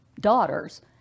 daughters